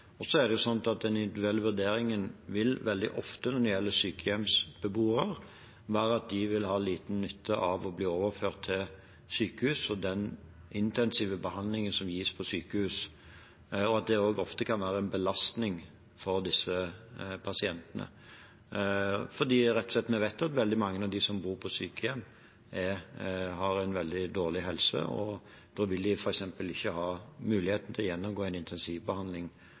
Så er det sånn at en individuell vurdering når det gjelder sykehjemsbeboere, veldig ofte vil være at de vil ha liten nytte av å bli overført til sykehus. Den intensive behandlingen som gis på sykehus, kan også ofte være en belastning for disse pasientene, for vi vet at veldig mange av dem som bor på sykehjem, rett og slett har en veldig dårlig helse. De vil f.eks. ikke ha mulighet til å gjennomgå en intensivbehandling